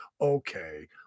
Okay